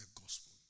gospel